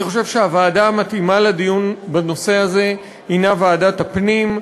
אני חושב שהוועדה המתאימה לדיון בנושא הזה היא ועדת הפנים,